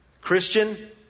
Christian